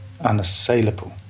unassailable